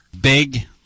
Big